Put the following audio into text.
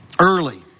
Early